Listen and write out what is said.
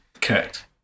Correct